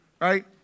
right